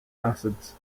acids